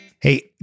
Hey